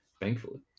thankfully